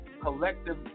collective